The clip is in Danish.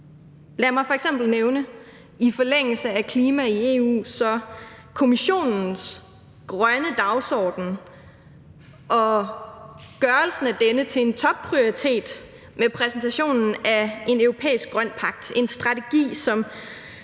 Lad mig f.eks. nævne – i forlængelse af klima i EU – Kommissionens grønne dagsorden og det at gøre denne til en topprioritet med præsentationen af en europæisk grøn pagt, bl.a. med en strategi, som